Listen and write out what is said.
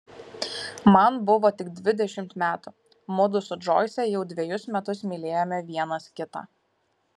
man buvo tik dvidešimt metų mudu su džoise jau dvejus metus mylėjome vienas kitą